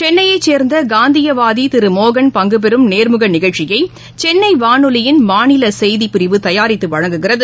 சென்னையைசேர்ந்தகா்நதியவாதிதிருமோகன் பங்குபெறும் நேர்முகநிகழ்ச்சியைசென்னைவானொலியின் மாநிலசெய்திபிரிவு தயாரித்துவழங்குகிறது